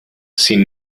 sin